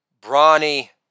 Brawny